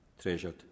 treasured